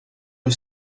aux